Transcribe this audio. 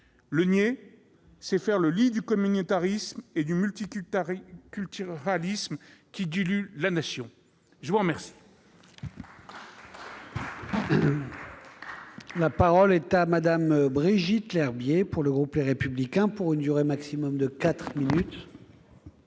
Le nier, c'est faire le lit du communautarisme et du multiculturalisme, qui diluent la Nation. La parole